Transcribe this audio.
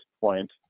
point